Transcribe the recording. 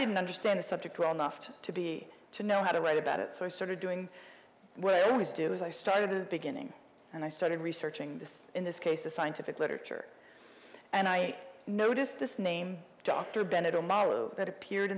didn't understand the subject well enough to to be to know how to write about it so i started doing what i always do is i started the beginning and i started researching this in this case the scientific literature and i noticed this name dr